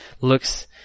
looks